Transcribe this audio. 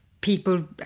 people